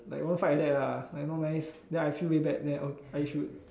like want fight like that lah like not nice then I feel very bad then oh I should